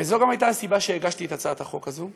וזו גם הייתה הסיבה שהגשתי את הצעת החוק הזאת,